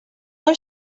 are